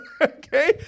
Okay